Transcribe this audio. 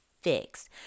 fixed